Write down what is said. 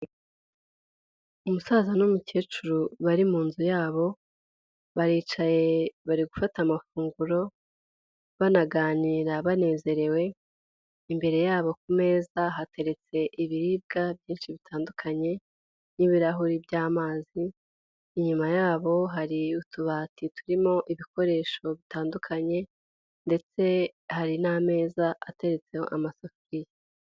Umusaza n'umukecuru bari mu nzu yabo, baricaye bari gufata amafunguro banaganira banezerewe. Imbere yabo ku meza hateretse ibiribwa byinshi bitandukanye n'ibirahuri by'amazi. Inyuma yabo hari utubati turimo ibikoresho bitandukanye ndetse hari n'ameza ateretseho amasafuriya.